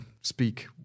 speak